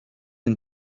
and